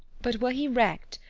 but were he wrecked,